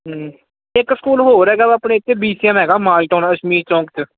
ਇੱਕ ਸਕੂਲ ਹੋਰ ਹੈਗਾ ਆਪਣੇ ਇੱਥੇ ਬੀ ਸੀ ਐਮ ਹੈਗਾ ਮਾਡਲ ਟਾਊਨ ਇਸ਼ਮੀਤ ਚੌਂਕ 'ਚ